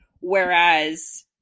whereas